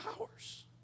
hours